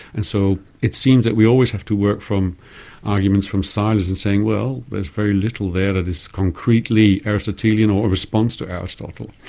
and so it seems that we always have to work from arguments from silence and saying, well, there's very little that is concretely aristotelian or a response to aristotle.